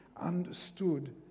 understood